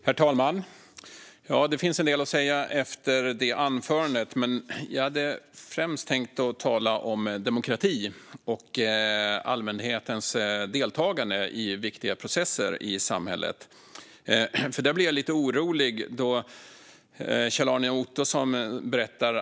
Herr talman! Det finns en del att säga efter det här anförandet, men jag hade främst tänkt att tala om demokrati och allmänhetens deltagande i viktiga processer i samhället. Jag blev lite orolig av vad Kjell-Arne Ottosson berättade.